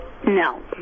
No